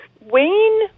Wayne